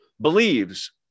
believes